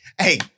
Hey